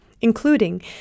including